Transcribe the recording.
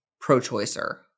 pro-choicer